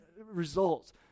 results